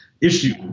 issue